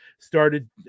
Started